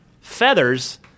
feathers